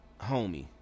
homie